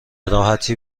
راحتی